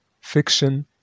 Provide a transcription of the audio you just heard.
fiction